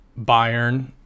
Bayern